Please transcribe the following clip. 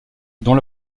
dont